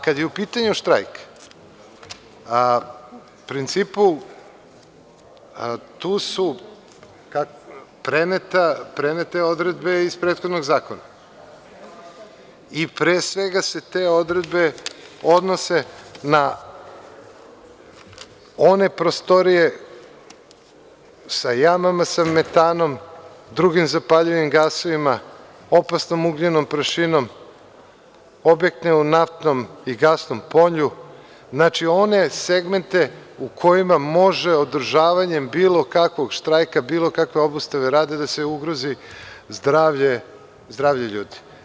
Kada je u pitanju štrajk, u principu tu su prenete odredbe iz prethodnog zakona i pre svega se te odredbe odnose na one prostorije sa jamama, sa metanom, drugim zapaljivim gasovima, opasnom ugljenom prašinom, objekte u naftnom i gasnom polju, znači one segmente u kojima može održavanje bilo kakvog štrajka, bilo kakve obustave rada da se ugrozi zdravlje ljudi.